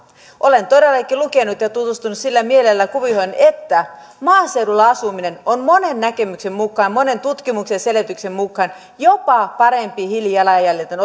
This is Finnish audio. olen todellakin lukenut tästä ja tutustunut sillä mielellä kuvioihin että maaseudulla asuminen on monen näkemyksen mukaan monen tutkimuksen ja selvityksen mukaan jopa parempi hiilijalanjäljen